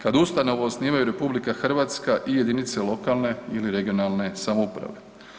Kad ustanovu osnivaju RH i jedinice lokalne ili regionalne samouprave.